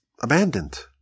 abandoned